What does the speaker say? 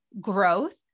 growth